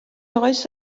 oes